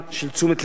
של תשומת לב,